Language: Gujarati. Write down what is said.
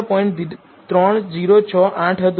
3068 હતું